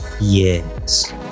Yes